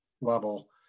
level